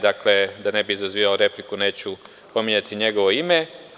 Da ne bih izazivao repliku, neću pominjati njegovo ime.